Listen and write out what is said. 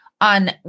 On